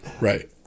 Right